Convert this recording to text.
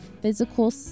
physical